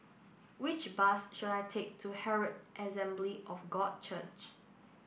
which bus should I take to Herald Assembly of God Church